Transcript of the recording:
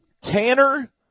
Tanner